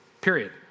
period